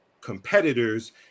competitors